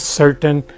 certain